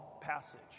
passage